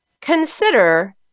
Consider